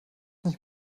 nicht